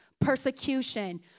persecution